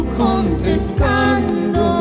contestando